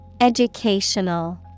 Educational